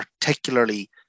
particularly